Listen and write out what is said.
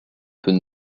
peut